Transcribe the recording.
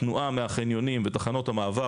התנועה מהחניונים ותחנות המעבר,